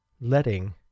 letting